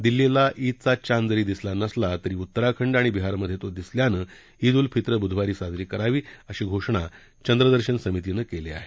दिल्लीला ईदचा चांद जरी दिसला नसला तरी उत्तराखंड आणि बिहारमधे तो दिसल्यानं ईद उल फित्र बुधवारी साजरी करावी अशी घोषणा चंद्रदर्शन समितीनं केली आहे